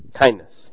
Kindness